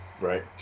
Right